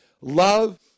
Love